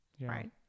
right